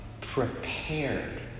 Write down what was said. prepared